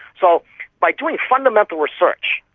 so by doing fundamental research,